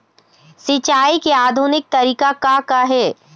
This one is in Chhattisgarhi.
सिचाई के आधुनिक तरीका का का हे?